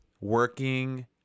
working